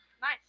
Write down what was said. Nice